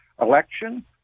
election